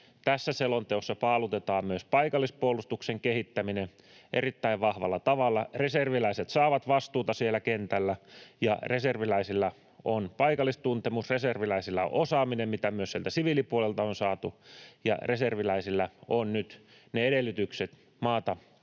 tässä selonteossa paalutetaan myös paikallispuolustuksen kehittäminen erittäin vahvalla tavalla. Reserviläiset saavat vastuuta siellä kentällä, reserviläisillä on paikallistuntemus, reserviläisillä on osaaminen — mitä myös sieltä siviilipuolelta on saatu — ja reserviläisillä on nyt edellytykset maata puolustaa